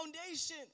foundation